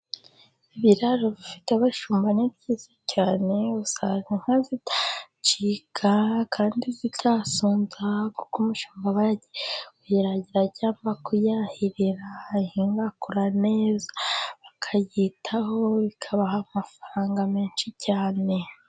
Ibiraro bifite abashumba ni byiza cyane, usanga inka zidacika kandi zitasonza, kuko umushumba aba yagiye kuyiragira, cyangwa kuyahirira, inka igakura neza bakayitaho, bikabaha amafaranga menshi cyane.